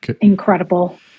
incredible